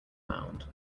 mound